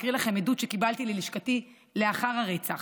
אני רוצה להקריא לכם עדות שקיבלתי ללשכתי לאחר הרצח: